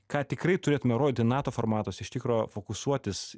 ką tikrai turėtume rodyti nato formatuos iš tikro fokusuotis